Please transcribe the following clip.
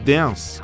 Dance